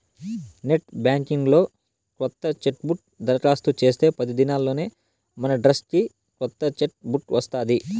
net banking లో కొత్త chequebook దరకాస్తు చేస్తే పది దినాల్లోనే మనడ్రస్కి కొత్త చెక్ బుక్ వస్తాది